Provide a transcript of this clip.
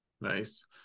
Nice